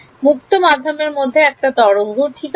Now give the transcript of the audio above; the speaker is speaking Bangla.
মুক্ত মাধ্যমের মধ্যে একটা তরঙ্গ ঠিক আছে